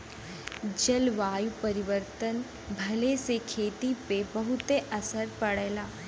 जलवायु परिवर्तन भइले से खेती पे बहुते असर पड़ला